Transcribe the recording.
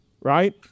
right